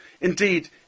Indeed